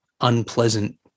unpleasant